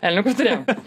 elniukus turėjom